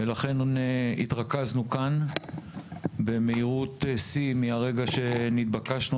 לכן התרכזנו כאן במהירות שיא מרגע שנתבקשנו